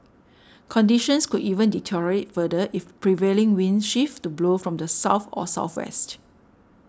conditions could even deteriorate further if prevailing winds shift to blow from the south or southwest